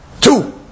two